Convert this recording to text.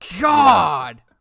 God